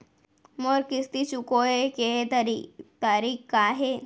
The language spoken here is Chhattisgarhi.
मोर किस्ती चुकोय के तारीक का हे?